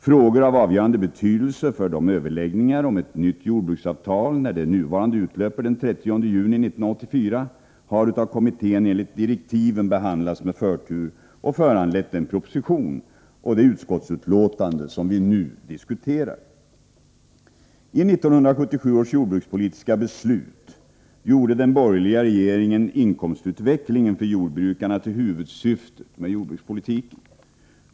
Frågor av avgörande betydelse för överläggningarna om ett nytt jordbruksavtal, när det nuvarande utlöper den 30 juni 1984, har av kommittén enligt direktiven behandlats med förtur och föranlett den proposition och det utskottsbetänkande som vi nu diskuterar. I 1977 års jordbrukspolitiska beslut gjorde den borgerliga regeringen inkomstutvecklingen för jordbrukarna till huvudsyftet med jordbrukspolitiken.